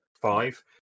five